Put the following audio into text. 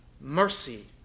mercy